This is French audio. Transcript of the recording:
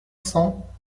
cents